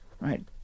right